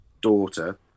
daughter